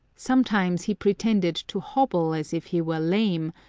sometimes he pretended to hobble as if he were lame,